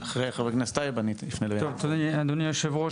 תודה אדוני היו"ר.